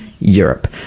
Europe